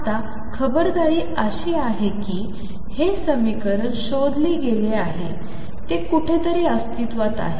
आता खबरदारी अशी आहे की हे समीकरण शोधले गेले आहे ते कुठेतरी अस्तित्वात आहे